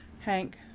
Hank